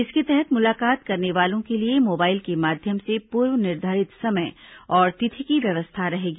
इसके तहत मुलाकात करने वालों के लिए मोबाइल के माध्यम से पूर्व निर्धारित समय और तिथि की व्यवस्था रहेगी